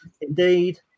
indeed